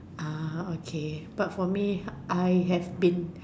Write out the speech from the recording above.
ah okay but for me I have been